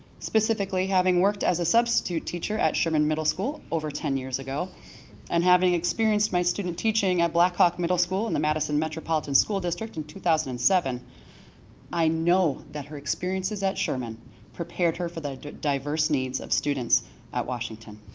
specifically having worked as a substitute teacher at sherman middle school over ten years ago and having experienced student teaching at blackhawk middle school in the madison metropolitan school district in two thousand and seven i know that her experiences at sherman prepared her for the diverse needs of students at washington.